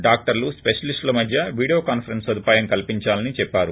డాక్టర్లు స్పెషలిస్టులు మధ్య వీడియో కాన్సరెన్స్ సదుపాయం కల్పించాలని చెప్పారు